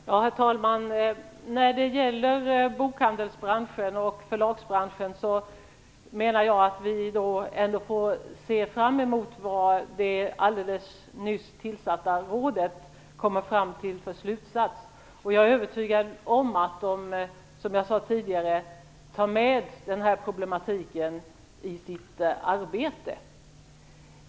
Herr talman! När det gäller bokhandels och förlagsbranscherna menar jag att vi ändå får se fram emot vilken slutsats det alldeles nyss tillsatta rådet kommer fram till. Jag är övertygad om att det, som jag tidigare sade, tar med denna problematik i sitt arbete.